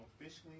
Officially